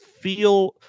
feel